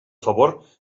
favor